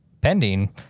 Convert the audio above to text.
pending